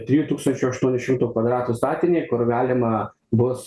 trijų tūkstančių aštuonių šimtų kvadratų statinį kur galima bus